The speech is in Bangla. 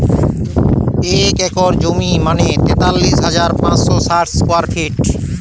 এক একর জমি মানে তেতাল্লিশ হাজার পাঁচশ ষাট স্কোয়ার ফিট